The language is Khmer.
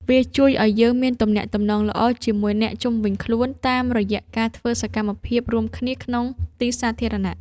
វាជួយឱ្យយើងមានទំនាក់ទំនងល្អជាមួយអ្នកជុំវិញខ្លួន តាមរយៈការធ្វើសកម្មភាពរួមគ្នាក្នុងទីសាធារណៈ។